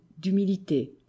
d'humilité